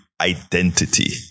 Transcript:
identity